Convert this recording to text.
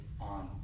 on